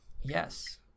Yes